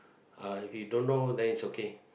uh you don't know then it's okay